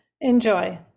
Enjoy